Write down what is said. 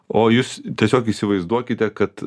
o jūs tiesiog įsivaizduokite kad